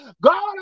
God